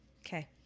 Okay